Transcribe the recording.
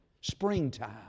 springtime